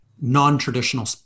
non-traditional